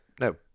No